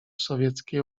sowieckiej